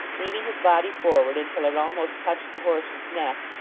leaning his body forward until it almost touched the horse's neck,